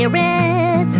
red